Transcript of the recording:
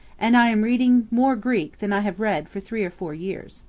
and i am reading more greek than i have read for three or four years